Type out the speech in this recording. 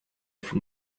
from